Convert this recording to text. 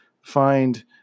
find